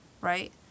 right